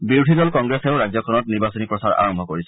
বিৰোধী দল কংগ্ৰেছেও ৰাজ্যখনত নিৰ্বাচনী প্ৰচাৰ আৰম্ভ কৰিছে